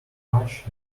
patch